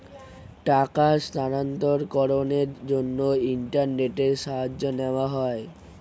টাকার স্থানান্তরকরণের জন্য ইন্টারনেটের সাহায্য নেওয়া হয়